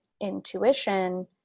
intuition